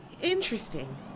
interesting